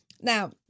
Now